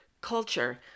culture